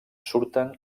surten